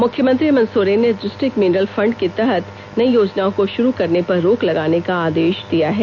मुख्यमंत्री हेमन्त सोरेन ने district mineral fund के तहत नई योजनाओं को शुरू करने पर रोक लगाने का आदेश दिया है